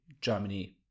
Germany